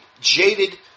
jaded